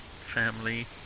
family